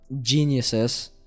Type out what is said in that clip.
geniuses